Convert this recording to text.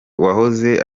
wahoze